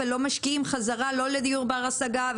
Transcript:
ולא משקיעים חזרה לא לדיור בר השגה,